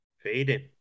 Fading